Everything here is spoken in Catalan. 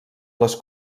les